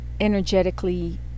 energetically